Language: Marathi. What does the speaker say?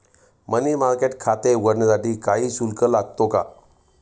मनी मार्केट खाते उघडण्यासाठी काही शुल्क लागतो का?